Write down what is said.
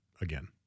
again